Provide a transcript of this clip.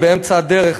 באמצע הדרך,